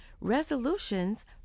resolutions